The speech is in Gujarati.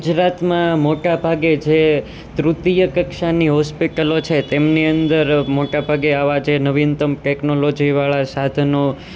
ગુજરાતમાં મોટા ભાગે જે તૃતિય કક્ષાની હોસ્પિટલો છે તેમની અંદર મોટા ભાગે આવાં જે નવીનતમ ટેકનોલોજીવાળા સાધનો